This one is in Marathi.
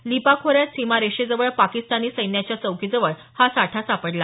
लीपा खोऱ्यात सीमा रेषेजवळ पाकिस्तानी सैन्याच्या चौकीजवळ ही साठा सापडला